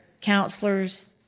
counselors